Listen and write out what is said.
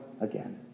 again